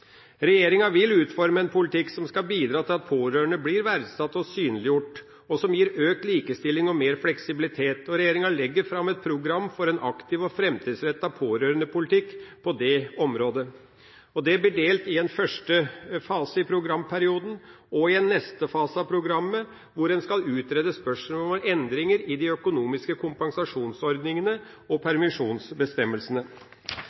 Regjeringa vil utforme en politikk som skal bidra til at pårørende blir verdsatt og synliggjort, og som gir økt likestilling og mer fleksibilitet. Regjeringa legger også fram et program for en aktiv og framtidsrettet pårørendepolitikk på det området. Det blir delt i en første fase i programperioden, og i en neste fase av programmet, hvor en skal utrede spørsmål om endringer i de økonomiske kompensasjonsordningene og